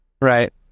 Right